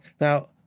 Now